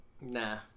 Nah